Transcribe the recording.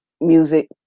music